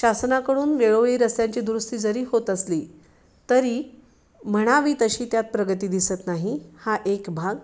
शासनाकडून वेळोवेळी रस्त्यांची दुरुस्ती जरी होत असली तरी म्हणावी तशी त्यात प्रगती दिसत नाही हा एक भाग